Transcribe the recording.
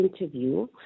interview